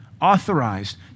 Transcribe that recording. Authorized